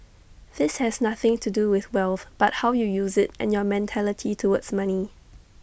this has nothing to do with wealth but how you use IT and your mentality towards money